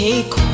Take